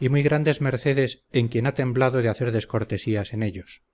y muy grandes mercedes en quien ha temblado de hacer descortesías en ellos